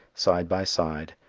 side by side,